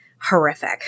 horrific